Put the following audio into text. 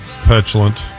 petulant